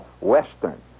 Western